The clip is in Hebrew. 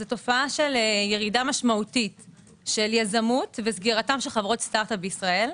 זו תופעה של ירידה משמעותית של יזמות וסגירת חברות סטארט אפ בישראל.